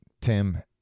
tim